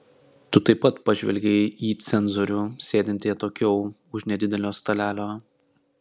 tu taip pat pažvelgei į cenzorių sėdintį atokiau už nedidelio stalelio